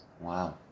Wow